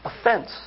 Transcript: offense